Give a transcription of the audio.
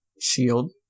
shield